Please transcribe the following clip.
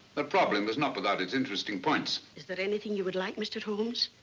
the problem was not without its interesting points. is there anything you would like, mr. holmes?